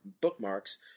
bookmarks